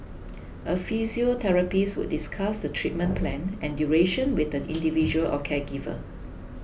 a physiotherapist would discuss the treatment plan and duration with the individual or caregiver